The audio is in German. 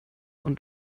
und